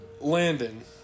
Landon